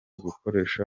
gukoresha